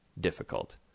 difficult